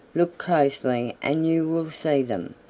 look closely and you will see them.